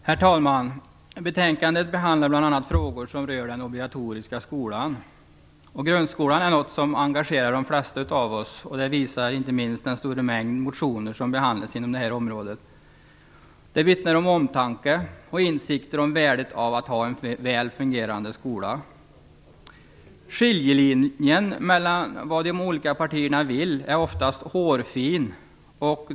Herr talman! I detta betänkande behandlas bl.a. frågor som rör den obligatoriska skolan. Grundskolan engagerar de flesta av oss. Det visar inte minst den stora mängd motioner som behandlas inom detta område. De vittnar om omtanke och insikter om värdet av att ha en väl fungerande skola. Skiljelinjen mellan vad de olika partierna vill är oftast hårfin.